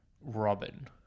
Robin